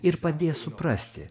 ir padės suprasti